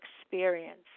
experience